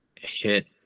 hit